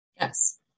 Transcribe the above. yes